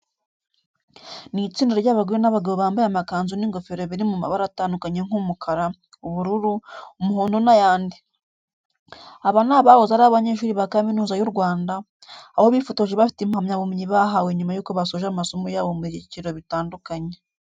Ni itsinda ry'abagore n'abagabo bambaye amakanzu n'ingofero biri mu mabara atandukanye nk'umukara, ubururu, umuhondo n'ayandi. Aba ni abahoze ari abanyeshuri ba Kaminuza y'u Rwanda, aho bifotoje bafite impamyabumenyi bahawe nyuma y'uko basoje amasomo yabo mu byiciro bitandukanye.